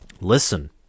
listen